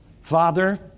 Father